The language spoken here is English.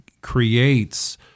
creates